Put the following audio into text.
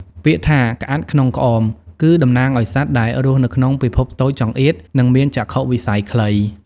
ពាក្យថា «ក្អាត់ក្នុងក្អម» គឺតំណាងឱ្យសត្វដែលរស់នៅក្នុងពិភពតូចចង្អៀត និងមានចក្ខុវិស័យខ្លី។